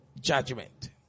judgment